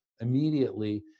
Immediately